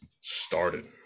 started